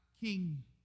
King